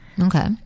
Okay